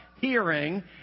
Hearing